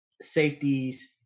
safeties